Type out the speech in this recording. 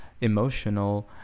emotional